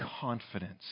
confidence